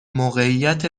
موقعیت